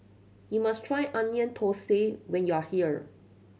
you must try Onion Thosai when you are here